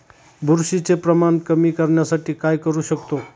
बुरशीचे प्रमाण कमी करण्यासाठी काय करू शकतो?